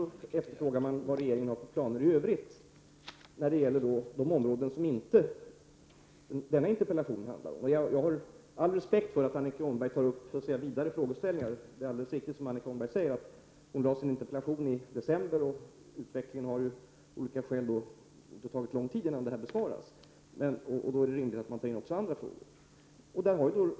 Det efterfrågas vilka planer regeringen har i övrigt när det gäller de områden som denna interpellation inte handlar om. Jag har all respekt för att Annika Åhnberg tar upp vidare frågeställningar. Det är alldeles riktigt, som Annika Åhnberg säger, att hon framställde sin interpellation i december, och det har av olika skäl tagit lång tid innan den besvaras. Det är då rimligt att man tar in också andra frågor.